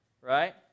right